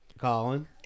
Colin